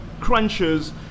crunches